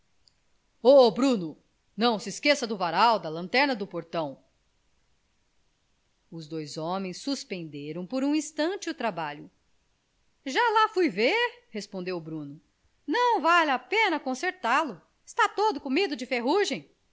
o bruno não se esqueça do varal da lanterna do portão os dois homens suspenderam por um instante o trabalho já lá fui ver respondeu o bruno não vale a pena consertá lo está todo comido de ferragem